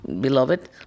beloved